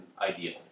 ideal